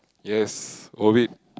yes orbit